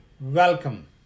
Welcome